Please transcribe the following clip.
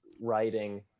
writing